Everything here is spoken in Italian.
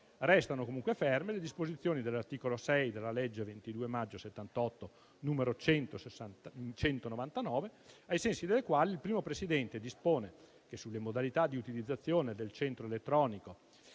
Restano comunque ferme le disposizioni dell'articolo 6 della legge 22 maggio 1978, n. 199, ai sensi delle quali il primo Presidente dispone sulle modalità di utilizzazione del centro elettronico